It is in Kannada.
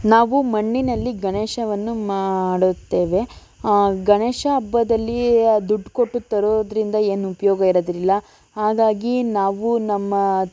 ನಾವು ಮಣ್ಣಿನಲ್ಲಿ ಗಣೇಶನನ್ನು ಮಾಡುತ್ತೇವೆ ಗಣೇಶ ಹಬ್ಬದಲ್ಲಿಯೇ ದುಡ್ಡು ಕೊಟ್ಟು ತರೋದರಿಂದ ಏನು ಉಪಯೋಗ ಇರೋದಿಲ್ಲ ಹಾಗಾಗಿ ನಾವು ನಮ್ಮ